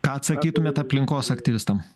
ką atsakytumėt aplinkos aktyvistam